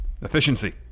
efficiency